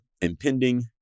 impending